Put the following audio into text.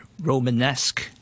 Romanesque